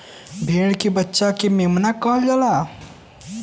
भेड़ के बच्चा के मेमना कहल जाला